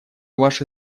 ваше